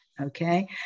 Okay